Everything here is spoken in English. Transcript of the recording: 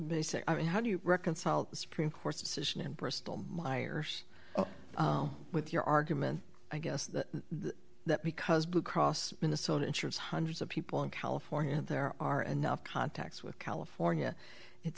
mean how do you reconcile the supreme court's decision in bristol myers with your argument i guess that because blue cross minnesota insures hundreds of people in california there are enough contacts with california it